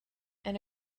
and